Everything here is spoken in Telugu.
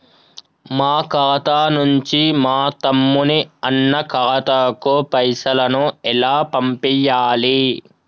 మా ఖాతా నుంచి మా తమ్ముని, అన్న ఖాతాకు పైసలను ఎలా పంపియ్యాలి?